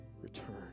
return